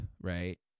right